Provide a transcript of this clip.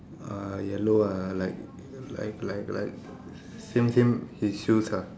uh yellow ah like like like like same same his shoes ah